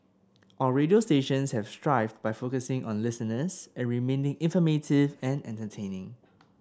our radio stations have thrived by focusing on listeners and remaining informative and entertaining